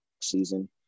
season